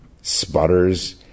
sputters